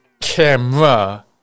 camera